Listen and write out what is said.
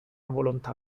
volontà